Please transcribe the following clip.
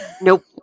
Nope